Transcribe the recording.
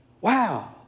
Wow